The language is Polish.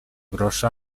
grosza